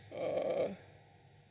uh